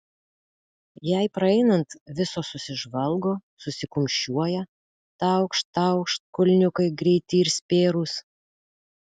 jai praeinant visos susižvalgo susikumščiuoja taukšt taukšt kulniukai greiti ir spėrūs